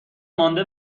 مانده